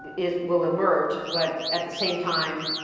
is, will emerge. but at the same time,